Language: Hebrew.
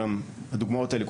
הדוגמאות האלה,